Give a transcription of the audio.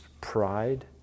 pride